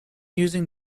using